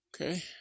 Okay